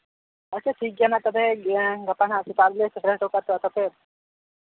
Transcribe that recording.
ᱟᱪᱪᱷᱟ ᱴᱷᱤᱠ ᱜᱮᱭᱟ ᱱᱟᱜ ᱛᱚᱵᱮ ᱜᱟᱯᱟᱱᱟᱜ ᱥᱮᱛᱟᱜ ᱵᱮᱞᱟ ᱥᱮᱴᱮᱨ ᱦᱚᱴᱚ ᱠᱟᱛᱮ